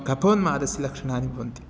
कफोन्मादस्य लक्षणानि भवन्ति